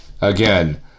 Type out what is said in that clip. Again